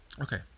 Okay